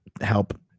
help